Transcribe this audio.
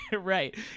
Right